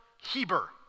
Heber